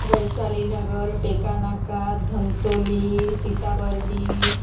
Vaishali Nagar Tekanaka Dhantoli Sitabardi